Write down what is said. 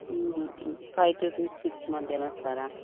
five to six మధ్యన వెస్తారా